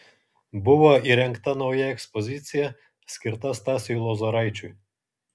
buvo įrengta nauja ekspozicija skirta stasiui lozoraičiui